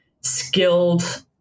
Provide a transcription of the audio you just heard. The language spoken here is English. skilled